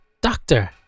Doctor